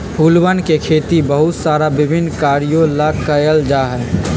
फूलवन के खेती बहुत सारा विभिन्न कार्यों ला कइल जा हई